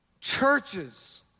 churches